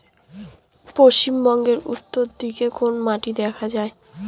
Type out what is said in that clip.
পশ্চিমবঙ্গ উত্তর দিকে কোন মাটি দেখা যায়?